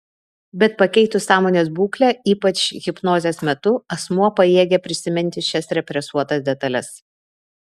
bet pakeitus sąmonės būklę ypač hipnozės metu asmuo pajėgia prisiminti šias represuotas detales